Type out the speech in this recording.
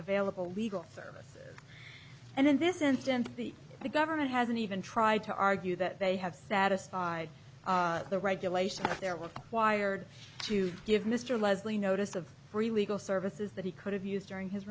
available legal service and in this instance the government hasn't even tried to argue that they have satisfied the regulations there were wired to give mr leslie notice of free legal services that he could have used during his